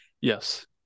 Yes